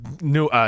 New